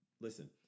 Listen